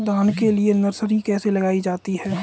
धान के लिए नर्सरी कैसे लगाई जाती है?